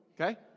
okay